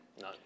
No